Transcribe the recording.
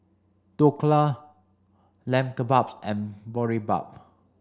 Dhokla Lamb Kebabs and Boribap